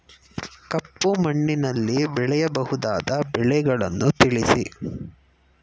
ಕಪ್ಪು ಮಣ್ಣಿನಲ್ಲಿ ಬೆಳೆಯಬಹುದಾದ ಬೆಳೆಗಳನ್ನು ತಿಳಿಸಿ?